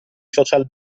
social